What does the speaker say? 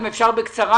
אם אפשר בקצרה,